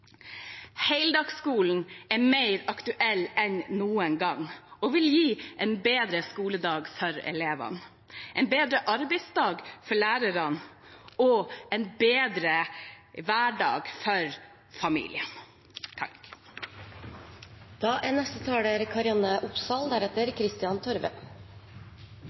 Heldagsskolen er mer aktuell enn noen gang og vil gi en bedre skoledag for elevene, en bedre arbeidsdag for lærerne og en bedre hverdag for familiene. For Arbeiderpartiet er